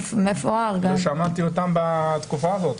לא שמעתי אותם בתקופה הזאת.